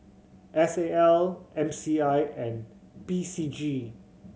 S A L M C I and P C G